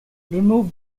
remove